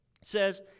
says